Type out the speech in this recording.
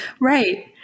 Right